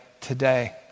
today